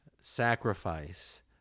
sacrifice